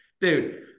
dude